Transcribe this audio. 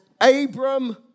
Abram